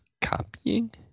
copying